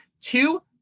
Two